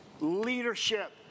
leadership